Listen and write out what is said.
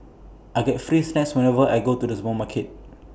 I get free snacks whenever I go to the supermarket